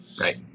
Right